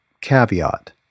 caveat